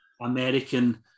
American